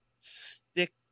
stick